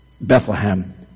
Bethlehem